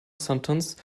sentence